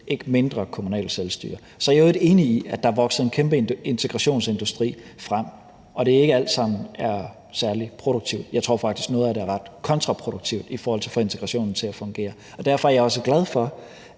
ikke mindre kommunalt selvstyre. For det andet er jeg i øvrigt enig i, at der er vokset en kæmpe integrationsindustri frem, og at det ikke alt sammen er lige produktivt. Jeg tror faktisk, at noget af det er ret kontraproduktivt i forhold til at få integrationen til at fungere. Derfor er jeg også glad for,